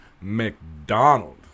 McDonald